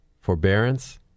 forbearance